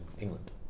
England